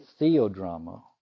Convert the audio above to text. theodrama